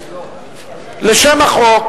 לשם החוק